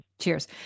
Cheers